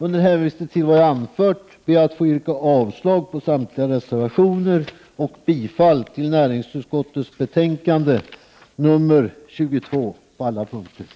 Under hänvisning till vad jag anfört ber jag att få yrka bifall till näringsutskottets hemställan på alla punkter i dess betänkande 22 och avslag på samtliga reservationer.